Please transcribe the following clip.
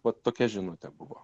vat tokia žinutė buvo